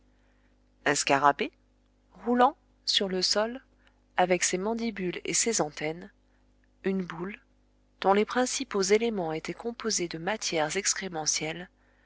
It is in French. un scarabée roulant sur le sol avec ses mandibules et ses antennes une boule dont les principaux éléments étaient composés de matières